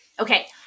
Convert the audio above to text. Okay